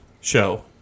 show